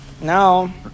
Now